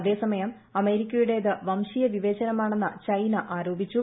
അതേസമയം അമേരിക്കയുടേത് വംശീയ വിവേചനമാണെന്ന് ചൈന ആരോപിച്ചു